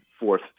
Fourth